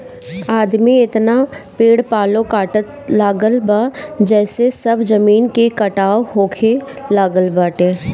आदमी एतना पेड़ पालो काटे लागल बा जेसे सब जमीन के कटाव होखे लागल बाटे